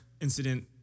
incident